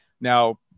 Now